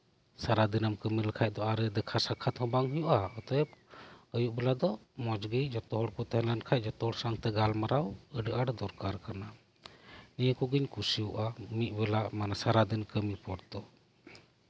ᱥᱟᱨᱟ ᱫᱤᱱᱮᱢ ᱠᱟᱹᱢᱤ ᱞᱮᱠᱷᱟᱱ ᱫᱚ ᱫᱮᱠᱷᱟ ᱥᱟᱠᱠᱷᱟᱛ ᱵᱟᱝ ᱦᱩᱭᱩᱜᱼᱟ ᱚᱛᱚᱭᱮᱵᱽ ᱟᱭᱩᱵ ᱵᱮᱲᱟ ᱫᱚ ᱢᱚᱸᱡᱽ ᱜᱮ ᱡᱚᱛᱚ ᱦᱚᱲ ᱠᱚ ᱛᱟᱸᱦᱮᱱ ᱠᱷᱟᱱ ᱡᱚᱛᱚ ᱦᱚᱲ ᱥᱟᱶᱛᱮ ᱜᱟᱞᱢᱟᱨᱟᱣ ᱟᱹᱰᱤ ᱟᱸᱴ ᱫᱚᱨᱠᱟᱨ ᱠᱟᱱᱟ ᱱᱚᱶᱟ ᱠᱚᱜᱮᱧ ᱠᱩᱥᱤᱭᱟᱜᱼᱟ ᱢᱤᱫ ᱵᱮᱞᱟ ᱢᱟᱱᱮ ᱥᱟᱨᱟᱫᱤᱱ ᱠᱟᱹᱢᱤ ᱯᱚᱨ ᱫᱚ